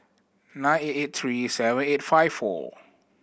nine eight eight three seven eight five four